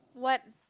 what